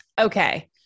okay